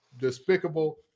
Despicable